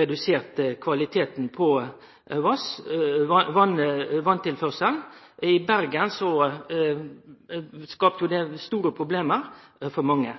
redusert kvaliteten på vasstilførselen. Likskapen mellom desse to tilfella er at det